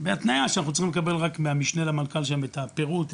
בהתניה שאנחנו צריכים לקבל מהמשנה למנכ"ל שם את הפירוט,